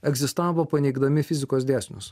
egzistavo paneigdami fizikos dėsnius